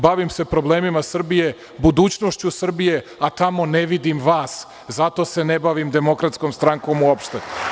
Bavim se problemima Srbije, budućnošću Srbije, a tamo one vidim vas, zato se ne bavim DS uopšte.